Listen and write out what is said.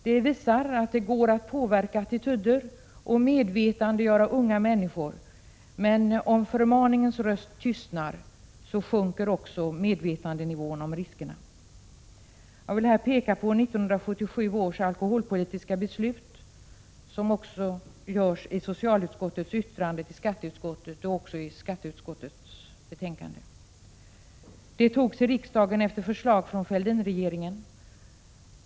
Det visar att det går att påverka attityder och medvetandegöra unga människor. Men om förmaningens röst tystnar sjunker också medvetandenivån när det gäller riskerna. Jag vill här peka på 1977 års alkoholpolitiska beslut, vilket också görs i socialutskottets yttrande till skatteutskottet och i skatteutskottets betänkande. Det beslutet togs av riksdagen efter förslag från Fälldinregeringen.